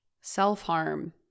self-harm